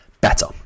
better